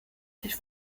sich